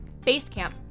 Basecamp